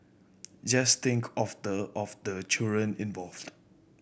just think of the of the children involved